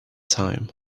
time